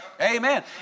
Amen